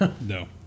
No